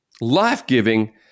life-giving